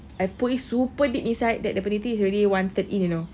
I put it super deep inside that the peniti is already one third in you know